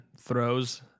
throws